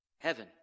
Heaven